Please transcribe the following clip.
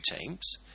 teams